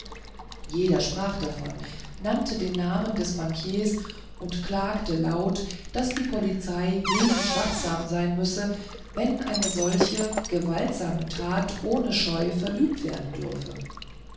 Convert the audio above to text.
jeder sprach davon nannte den namen des bankiers und klagte laut daß die polizei wenig wachsam sein müsse wenn eine solche gewaltsame tat ohne scheu verübt werden dürfe